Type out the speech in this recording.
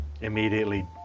immediately